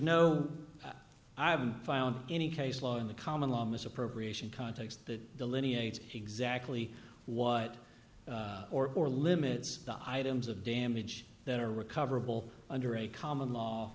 no i haven't found any case law in the common law misappropriation context that delineates exactly what or or limits the items of damage that are recoverable under a common law